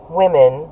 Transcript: women